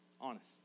honest